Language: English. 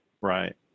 right